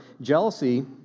jealousy